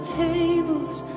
tables